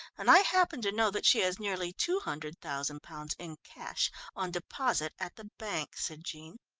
and i happen to know that she has nearly two hundred thousand pounds in cash on deposit at the bank, said jean.